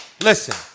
Listen